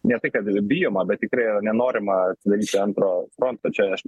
ne tai kad bijoma bet tikrai yra nenorima daryti antro fronto čia aš